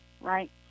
right